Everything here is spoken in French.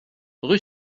rue